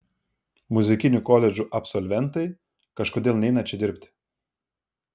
muzikinių koledžų absolventai kažkodėl neina čia dirbti